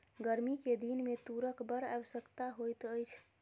गर्मी के दिन में तूरक बड़ आवश्यकता होइत अछि